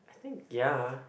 I think ya